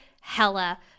hella